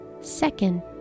second